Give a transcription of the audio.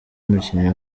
umukinnyi